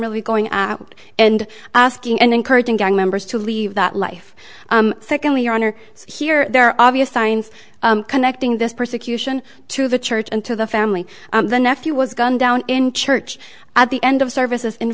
really going out and asking and encouraging gang members to leave that life secondly your honor here their obvious signs connecting this persecution to the church and to the family the nephew was gunned down in church at the end of services in